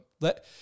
let